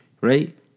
Right